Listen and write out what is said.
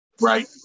Right